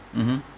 mmhmm